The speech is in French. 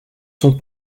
sont